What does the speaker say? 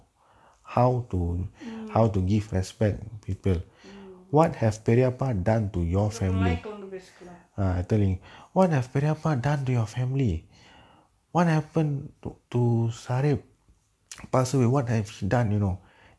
mm கொஞ்சோ:konjo malay கலந்து பேசிக்கலா:kalanthu pesikalaa